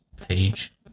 page